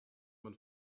man